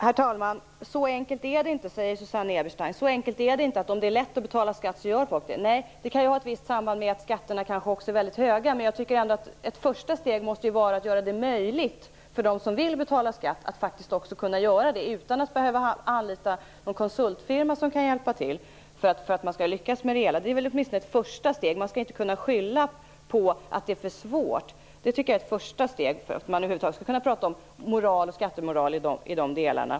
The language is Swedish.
Herr talman! Så enkelt är det inte, säger Susanne Eberstein, att om det är lätt att betala skatt så gör folk det. Nej, och det kan ju ha ett visst samband med att skatterna kanske också är väldigt höga. Men jag tycker ändå att ett första steg måste vara att göra det möjligt för dem som vill betala skatt att faktiskt också göra det, utan att behöva anlita någon konsultfirma som kan hjälpa till för att man skall lyckas med det hela. Man skall inte kunna skylla på att det är för svårt. Det tycker jag är ett första steg för att man över huvud taget skall kunna prata om moral och skattemoral i dessa delar.